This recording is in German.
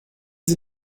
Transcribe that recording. sie